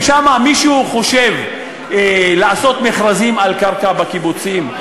מישהו חושב לעשות מכרזים על קרקע בקיבוצים?